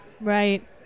Right